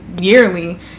yearly